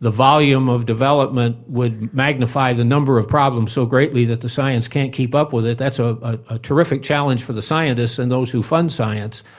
the volume of development would magnify the number of problems so greatly that the science can't keep up with it, that's a ah ah terrific challenge for the scientists and those who fund science.